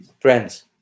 Friends